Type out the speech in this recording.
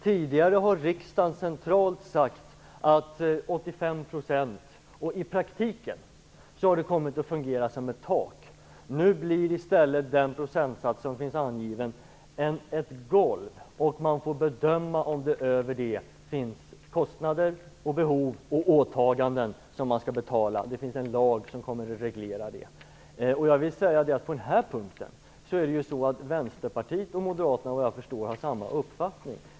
Tidigare har riksdagen centralt sagt att det skall röra sig om 85 %. I praktiken har det kommit att fungera som ett tak. Nu blir i stället den procentsats som finns angiven ett golv, och man får bedöma om det över det finns kostnader och behov och åtaganden som skall betalas. Det finns en lag som kommer att reglera det. På den här punkten har Vänsterpartiet och Moderaterna efter vad jag förstår samma uppfattning.